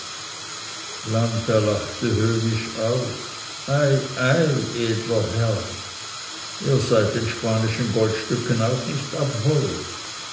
planta lachte höhnisch auf ei ei edler herr ihr seid den spanischen goldstücken auch nicht abhold